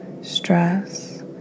stress